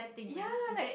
ya like